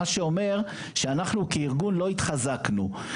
מה שאומר שאנחנו כארגון לא התחזקנו,